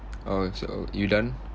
oh so uh you done